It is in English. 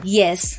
yes